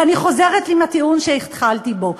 ואני חוזרת עם הטיעון שהתחלתי בו: